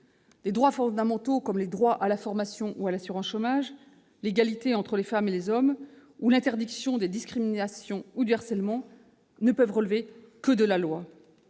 de droits fondamentaux, comme les droits à la formation et à l'assurance chômage, l'égalité entre les femmes et les hommes ou l'interdiction des discriminations ou du harcèlement. De la même manière,